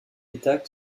état